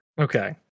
Okay